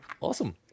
Awesome